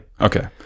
okay